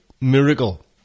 miracle